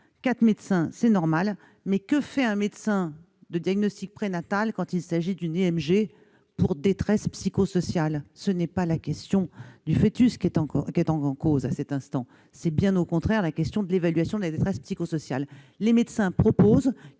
médecins l'est aussi, mais à quoi sert un médecin de diagnostic prénatal quand il s'agit d'une IMG pour détresse psychosociale ? Ce n'est pas la question du foetus qui est en cause ; c'est, bien au contraire, la question de l'évaluation de la détresse psychosociale. Par conséquent,